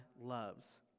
loves